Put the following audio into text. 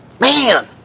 Man